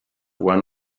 one